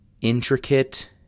intricate